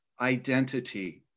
identity